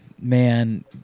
man